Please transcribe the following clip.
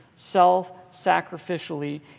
self-sacrificially